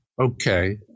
okay